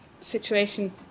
situation